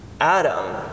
Adam